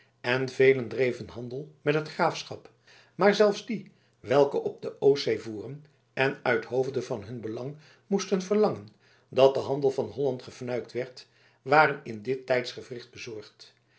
en velen dreven handel met het graafschap maar zelfs die welke op de oostzee voeren en uithoofde van hun belang moesten verlangen dat de handel van holland gefnuikt werd waren in dit tijdsgewricht bezorgd